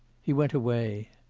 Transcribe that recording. he went away.